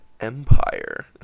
empire